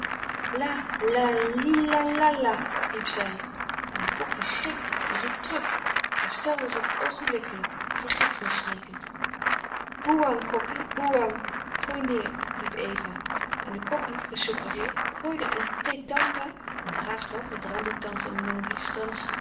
riep zij en de kokkie schrikte en riep terug herstelde zich oogenblikkelijk vergiffenis smeekend boeang kokkie ooi neêr riep eva en de kokkie gesuggereerd gooide een thee pas een draag blad met ramboetans en mangistans